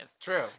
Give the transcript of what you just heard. true